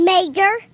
Major